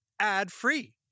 ad-free